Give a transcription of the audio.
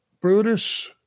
Brutus